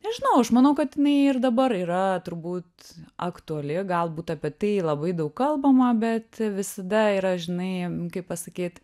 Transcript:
nežinau aš manau kad jinai ir dabar yra turbūt aktuali galbūt apie tai labai daug kalbama bet visada yra žinai kaip pasakyt